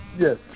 Yes